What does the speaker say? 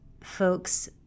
folks